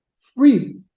free